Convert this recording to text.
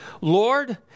Lord